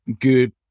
good